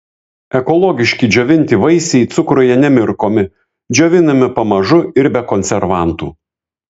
ekologiški džiovinti vaisiai cukruje nemirkomi džiovinami pamažu ir be konservantų